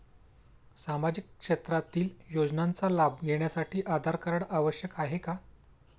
सामाजिक क्षेत्रातील योजनांचा लाभ घेण्यासाठी आधार कार्ड आवश्यक आहे का?